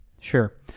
Sure